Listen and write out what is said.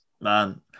man